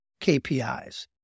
KPIs